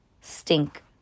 stink